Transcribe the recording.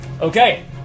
Okay